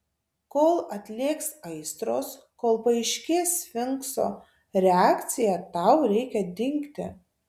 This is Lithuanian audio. kol atlėgs aistros kol paaiškės sfinkso reakcija tau reikia dingti